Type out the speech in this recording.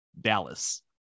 Dallas